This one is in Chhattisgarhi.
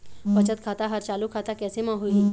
बचत खाता हर चालू खाता कैसे म होही?